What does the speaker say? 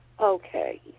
Okay